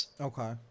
Okay